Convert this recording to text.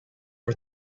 for